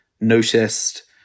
noticed